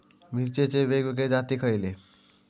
मिरचीचे वेगवेगळे जाती खयले?